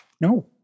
No